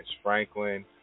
Franklin